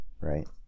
right